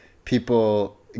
people